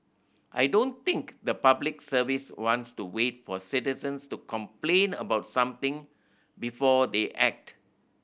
I don't think the Public Service wants to wait for citizens to complain about something before they act